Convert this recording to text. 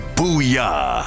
Booyah